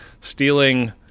stealing